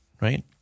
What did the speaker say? right